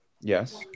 Yes